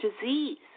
disease